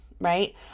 Right